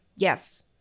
Yes